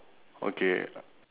okay